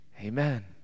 Amen